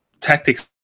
tactics